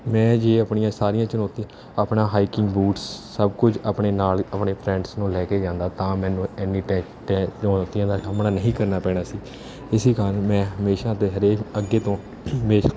ਮੈਂ ਜੇ ਆਪਣੀਆਂ ਸਾਰੀਆਂ ਚੁਣੌਤੀ ਆਪਣਾ ਹਾਈਕਿੰਗ ਬੂਟਸ ਸਭ ਕੁਝ ਆਪਣੇ ਨਾਲ ਆਪਣੇ ਫਰੈਂਡਸ ਨੂੰ ਲੈ ਕੇ ਜਾਂਦਾ ਤਾਂ ਮੈਨੂੰ ਇੰਨੀ ਚੁਣੌਤੀਆਂ ਦਾ ਸਾਹਮਣਾ ਨਹੀਂ ਕਰਨਾ ਪੈਣਾ ਸੀ ਇਸ ਕਾਰਨ ਮੈਂ ਹਮੇਸ਼ਾ ਅਤੇ ਹਰੇਕ ਅੱਗੇ ਤੋਂ